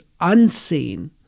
unseen